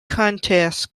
contests